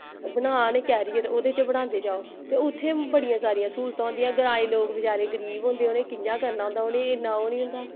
बना ने कैरियर ओह्दे च बनांदे जाओ ते उत्थें बड़ियां सारियां स्हूलतां होंदियां ग्राईं लोक बचारे गरीब होंदे उनें कियां करना होंदा उनें इन्ना ओह् निं होंदा